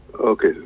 Okay